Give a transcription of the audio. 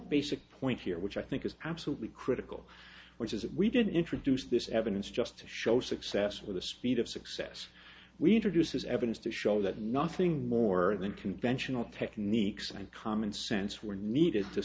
basic point here which i think is absolutely critical which is that we did introduce this evidence just to show success with the speed of success we introduced as evidence to show that nothing more than conventional techniques and commonsense were needed to